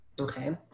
Okay